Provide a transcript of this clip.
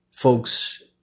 Folks